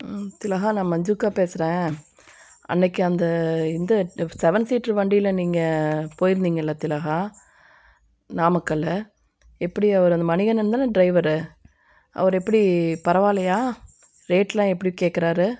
ம் திலகா நான் மஞ்சு அக்கா பேசுகிறேன் அன்னைக்கு அந்த இந்த சவன் சீட்ரு வண்டியில் நீங்கள் போய்ருந்திங்கள்ல திலகா நாமக்கல் எப்படி அவர் அந்த மணிகண்டன் தானே ட்ரைவரு அவர் எப்படி பரவாயில்லையா ரேட்லாம் எப்படி கேக்கிறாரு